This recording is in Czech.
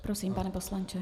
Prosím, pane poslanče.